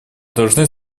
должны